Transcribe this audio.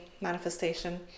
manifestation